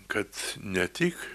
kad ne tik